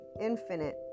infinite